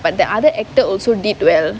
but the other actor also did well